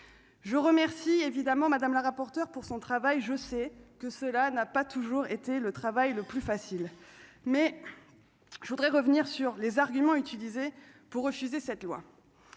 je remercie évidemment madame la rapporteure pour son travail, je sais que cela n'a pas toujours été le travail le plus facile, mais je voudrais revenir sur les arguments utilisés pour refuser cette loi